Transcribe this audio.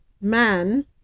man